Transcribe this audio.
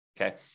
Okay